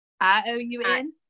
i-o-u-n